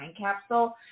capsule